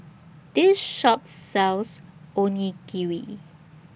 This Shop sells Onigiri